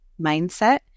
mindset